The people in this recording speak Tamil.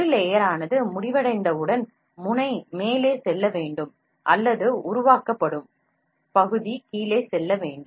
ஒரு லேயர் முடிவடைந்தவுடன் முனை மேலே செல்ல வேண்டும் அல்லது உருவாக்கப்படும் பகுதி கீலே செல்ல வேண்டும்